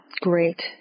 Great